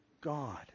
God